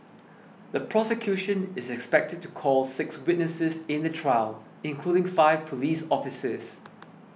the prosecution is expected to call six witnesses in the trial including five police officers